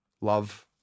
love